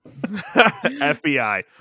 FBI